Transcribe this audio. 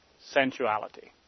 sensuality